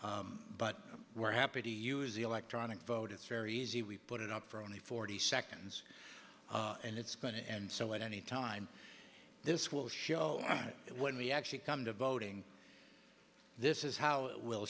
way but we're happy to use the electronic vote it's very easy we put it up for only forty seconds and it's going to end so at any time this will show up when we actually come to voting this is how it will